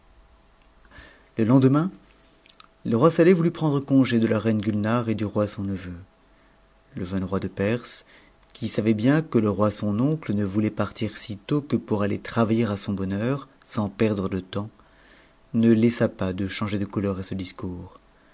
le lendemain le roi saleh voulut prendre congé de la reine gutnare et du roi son neveu le jeune roi de perse qui savait bien que le roi son oncle ne v oulait partir si tôt que pour aller travailler à son bonheur sans perdre de temps ne laissa pas de changer de couleur à ce discours